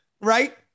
right